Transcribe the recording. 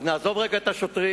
אז נעזוב רגע את השוטרים,